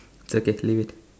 it's okay leave it